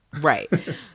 right